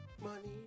Money